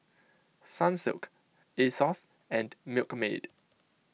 Sunsilk Asos and Milkmaid